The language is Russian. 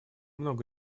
много